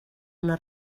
una